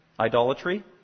Idolatry